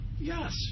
Yes